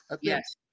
Yes